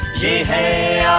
j